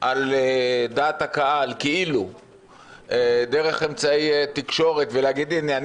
על דעת הקהל דרך אמצעי תקשורת ויגיד: הנה,